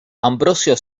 ambrosio